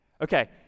Okay